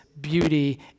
beauty